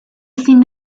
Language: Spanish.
sin